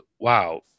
Wow